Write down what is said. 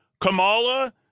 Kamala